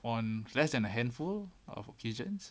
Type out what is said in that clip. on less than a handful of occasions